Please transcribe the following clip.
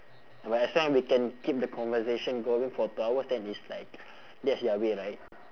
but as long we can keep the conversation going for two hours then it's like that's their way right